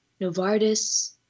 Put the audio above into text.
Novartis